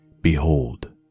Behold